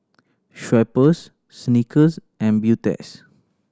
Schweppes Snickers and Beautex